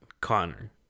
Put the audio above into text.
Connor